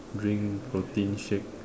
drink protein shake